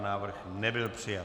Návrh nebyl přijat.